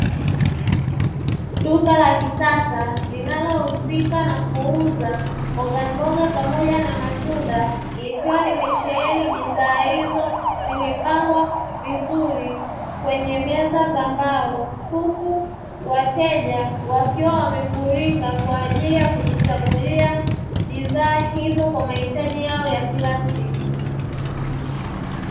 Duka la kisasa linalohusika na kuuza mbogamboga pamoja na matunda, likikiwa limesheheni bidhaa hizo. Zimepangwa vizuri kwenye meza za mbao huku wateja wakiwa wamefurika kwa ajili ya kujichagulia bidhaa hizo kwa mahitaji yao ya kila siku.